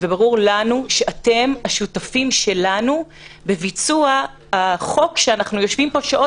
וברור לנו שאתם השותפים בביצוע החוק שאנחנו יושבים פה שעות